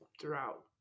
throughout